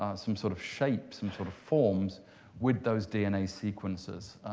ah some sort of shapes, some sort of forms with those dna sequences.